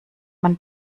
man